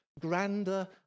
grander